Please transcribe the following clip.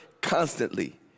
constantly